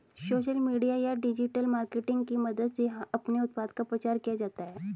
social media या digital marketing की मदद से अपने उत्पाद का प्रचार किया जाता है